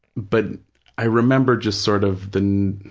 but i remember just sort of the, i